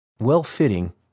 well-fitting